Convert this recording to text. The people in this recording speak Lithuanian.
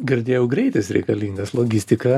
girdėjau greitis reikalingas logistika